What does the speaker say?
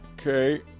Okay